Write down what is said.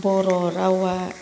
बर' रावा